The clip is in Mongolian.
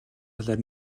талаар